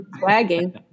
Wagging